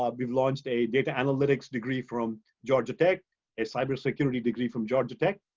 um we've launched a data analytics degree from georgia tech, a cyber security degree from georgia tech.